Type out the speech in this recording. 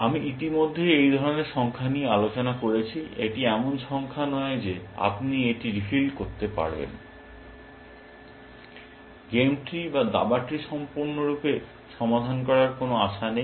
আমরা ইতিমধ্যেই এই ধরনের সংখ্যা নিয়ে আলোচনা করেছি এটি এমন সংখ্যা নয় যে আপনি এটি দিয়ে রিফিল করতে পারেন গেম ট্রি বা দাবা ট্রি সম্পূর্ণরূপে সমাধান করার কোন আশা নেই